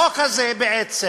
החוק הזה בעצם